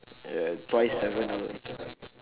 uh twice